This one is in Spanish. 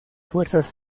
fuerzas